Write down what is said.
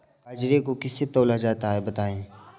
बाजरे को किससे तौला जाता है बताएँ?